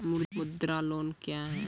मुद्रा लोन क्या हैं?